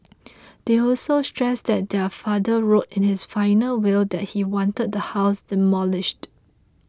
they also stressed that their father wrote in his final will that he wanted the house demolished